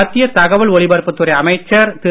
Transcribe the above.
மத்திய தகவல் ஒலிபரப்புத் துறை அமைச்சர் திரு